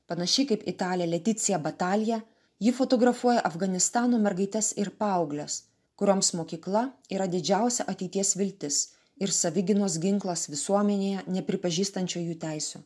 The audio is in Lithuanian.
panašiai kaip italė leticija batalija ji fotografuoja afganistano mergaites ir paaugles kurioms mokykla yra didžiausia ateities viltis ir savigynos ginklas visuomenėje nepripažįstančioj jų teisių